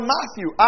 Matthew